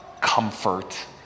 comfort